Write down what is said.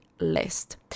list